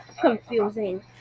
confusing